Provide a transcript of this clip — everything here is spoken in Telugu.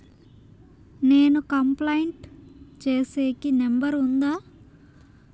నేను కంప్లైంట్ సేసేకి నెంబర్ ఉందా?